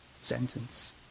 sentence